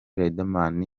riderman